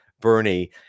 Bernie